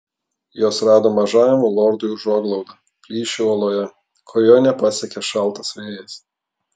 jos rado mažajam lordui užuoglaudą plyšį uoloje kur jo nepasiekė šaltas vėjas